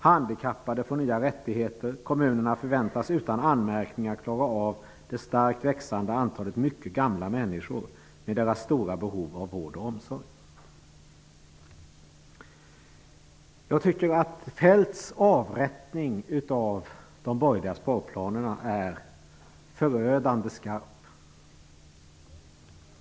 Handikappade får nya rättigheter, kommunerna förväntas utan anmärkningar klara av det starkt växande antalet mycket gamla människor med deras stora behov av vård och omsorg.'' Jag tycker att Feldts avrättning av de borgerliga sparplanerna är förödande skarp.